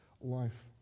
life